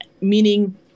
meaning